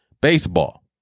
baseball